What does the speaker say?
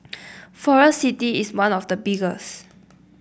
Forest City is one of the biggest